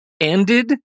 ended